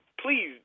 please